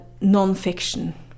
non-fiction